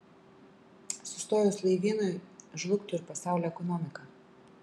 sustojus laivynui žlugtų ir pasaulio ekonomika